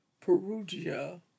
Perugia